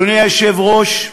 אדוני היושב-ראש,